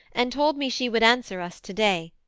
and told me she would answer us today,